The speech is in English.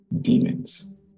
demons